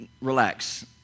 relax